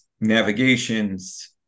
navigations